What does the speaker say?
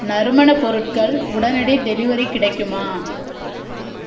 நறுமண பொருட்கள் உடனடி டெலிவரி கிடைக்குமா